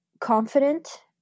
confident